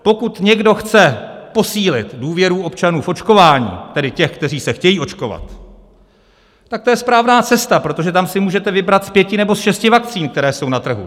Pokud někdo chce posílit důvěru občanů v očkování, tedy těch, kteří se chtějí očkovat, tak to je správná cesta, protože tam si můžete vybrat z pěti nebo šesti vakcín, které jsou na trhu.